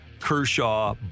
Kershaw